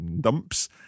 dumps